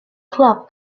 club